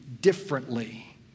differently